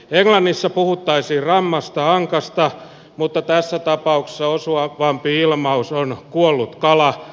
englannissa puhuttaisiin rammasta ankasta mutta tässä tapauksessa osuvampi ilmaus on kuollut kala